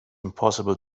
impossible